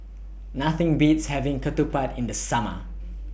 Nothing Beats having Ketupat in The Summer